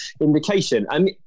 indication